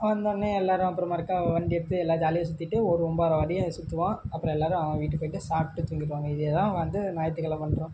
வந்தோடனே எல்லோரும் அப்புறம் மறுக்கா வண்டிய எடுத்து எல்லா ஜாலியாக சுத்திவிட்டு ஒரு ஒம்போதரை வரையும் சுற்றுவோம் அப்புறம் எல்லோரும் வீட்டுக்கு போய்ட்டு சாப்பிட்டு தூங்கிடுவாங்க இதேதான் வந்து ஞாயித்துக்கெழமை பண்ணுறோம்